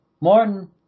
Morton